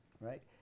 Right